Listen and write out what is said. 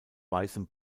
weißem